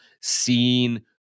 seeing